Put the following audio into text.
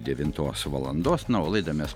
devintos valandos na o laidą mes